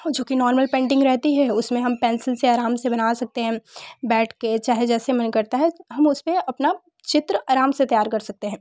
जो कि normal painting रहती है उसमें हम पेंसिल से आराम से बना सकते हैं बैठ के चाहे जैसे मन करता है हम उसपे अपना चित्र आराम से तैयार कर सकते हैं